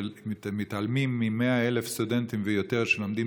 ומתעלמים מ-100,000 סטודנטים ויותר שלומדים